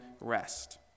rest